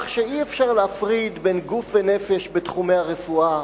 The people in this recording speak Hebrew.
שאי-אפשר להפריד בין גוף ונפש בתחומי הרפואה,